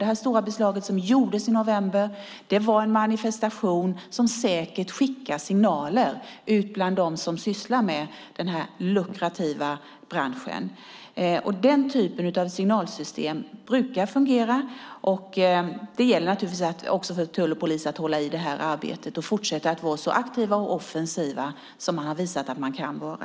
Det stora beslag som gjordes i november var en manifestation som säkert skickade signaler ut till dem som verkar inom den här lukrativa branschen. Den typen av signalsystem brukar fungera. Det gäller naturligtvis för tull och polis att hålla i det här arbetet och fortsätta att vara så aktiva och offensiva som man har visat att man kan vara.